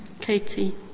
Katie